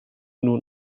nun